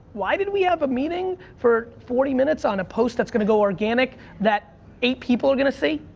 why did we have a meeting for forty minutes on a post that's gonna go organic that eight people are gonna see?